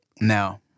No